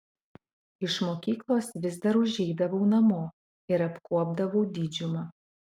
iš mokyklos vis dar užeidavau namo ir apkuopdavau didžiumą